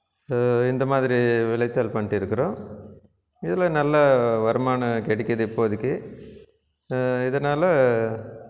இந்த மாதிரி விளைச்சல் பண்ணிட்டு இருக்கிறோம் இதில் நல்லா வருமானம் கெடைக்குது இப்போதைக்கி இதனால்